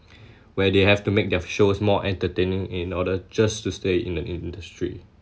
where they have to make their shows more entertaining in order just to stay in the industry